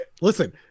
Listen